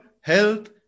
health